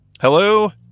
Hello